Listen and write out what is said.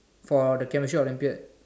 for the chemistry Olympiad